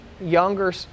younger